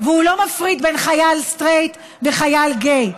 והוא לא מפריד בין חייל סטרייט לחייל גיי,